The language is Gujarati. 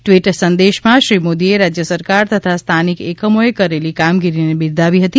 ટ્વીટ સંદેશમાં શ્રી મોદીએ રાજ્ય સરકાર તથા સ્થાનિક એકમોએ કરેલી કામગીરીને બિરદાવી હતી